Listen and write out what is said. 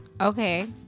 Okay